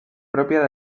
propia